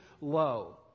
low